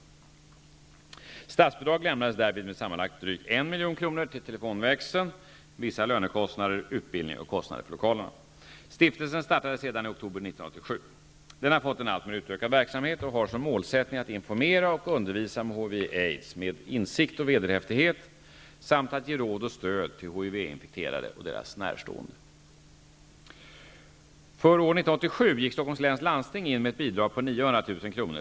Statsbidrag lämnades därvid med sammanlagt drygt 1 milj.kr. till telefonväxeln, vissa lönekostnader, utbildning och kostnader för lokalerna. Stiftelsen startade sedan i oktober 1987. Den har fått en alltmer utökad verksamhet och har som målsättning att informera och undervisa om HIV/aids med insikt och vederhäftighet samt att ge råd och stöd till För år 1987 gick Stockholms läns landsting in med ett bidrag på 900 000 kr.